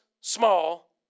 small